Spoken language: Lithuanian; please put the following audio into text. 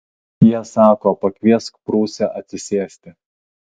jie sako pakviesk prūsę atsisėsti